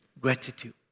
Gratitude